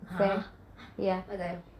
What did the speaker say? !huh! what the hell